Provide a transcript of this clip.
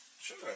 Sure